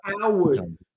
Howard